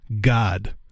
God